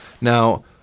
Now